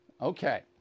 Okay